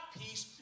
peace